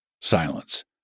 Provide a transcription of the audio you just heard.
silence